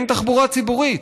אין תחבורה ציבורית.